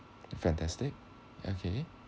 fantastic okay